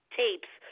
tapes